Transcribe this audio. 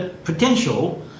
potential